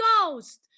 Ghost